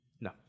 No